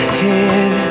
head